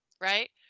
right